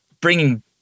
bringing